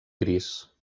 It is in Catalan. gris